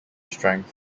strength